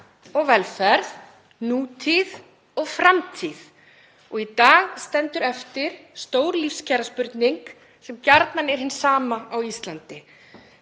og velferð í nútíð og framtíð og í dag stendur eftir stór lífskjaraspurning sem gjarnan er hin sama á Íslandi: